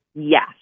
Yes